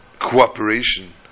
cooperation